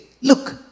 look